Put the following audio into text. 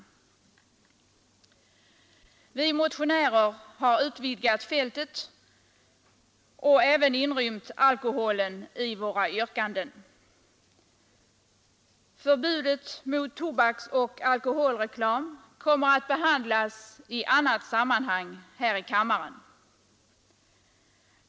Vi motionärer har utvidgat fältet och även inrymt alkoholen i våra yrkanden. Förbudet mot tobaksoch alkoholreklam kommer att behandlas i annat sammanhang här i kammaren.